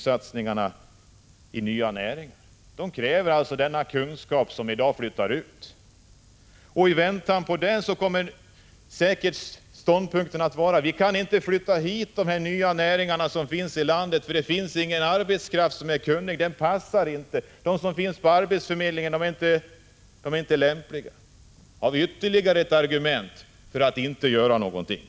Satsningar i nya näringar kräver den kunskap som i dag flyttar ut. I väntan på den kommer säkert ståndpunkten att vara: Vi kan inte flytta dit de nya näringarna som finns i landet, för det finns ingen arbetskraft som är kunnig. Den passar inte. De som finns anmälda på arbetsförmedlingen är inte lämpliga. Det blir ytterligare ett argument för att inte göra någonting!